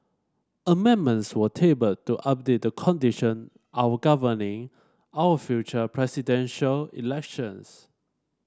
amendments were tabled to update the condition our governing our future Presidential Elections